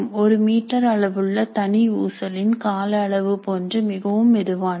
ஒரு மீட்டர் அளவுள்ள தனி ஊசலின் கால அளவு போன்று மிகவும் மெதுவானது